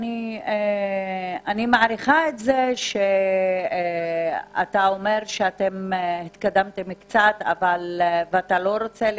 אני מעריכה את זה שאתה אומר שהתקדמתם ואתה לא רוצה לפרט.